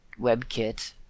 WebKit